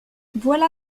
voilà